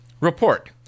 report